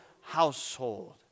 household